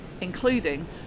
including